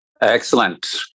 Excellent